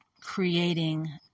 creating